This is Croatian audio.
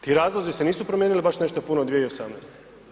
Ti razlozi se nisu promijenili baš nešto puno 2018.